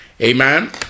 amen